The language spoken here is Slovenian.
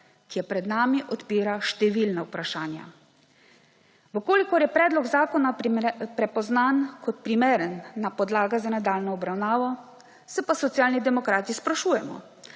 ki je pred nami, odpira številna vprašanja. Če je predlog zakona prepoznan kot primerna podlaga za nadaljnjo obravnavo, se pa Socialni demokrati sprašujemo,